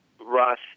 Ross